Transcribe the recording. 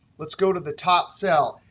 let's go to the top cell.